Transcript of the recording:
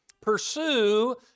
Pursue